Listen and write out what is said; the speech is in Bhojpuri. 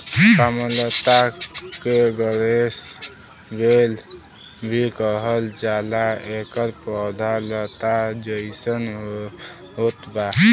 कामलता के गणेश बेल भी कहल जाला एकर पौधा लता जइसन होत बा